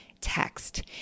text